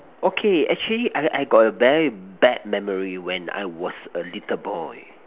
okay actually I I got a very bad memory when I was a little boy